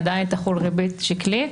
עדיין תחול ריבית שקלית.